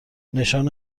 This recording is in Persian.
نشان